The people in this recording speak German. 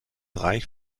reich